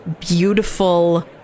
beautiful